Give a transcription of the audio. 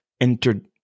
entered